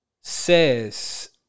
says